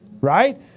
right